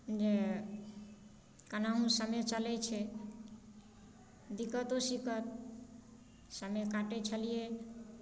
जे केनाहू समय चलै छै दिक्कतो सिक्कत समय काटै छलियै